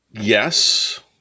Yes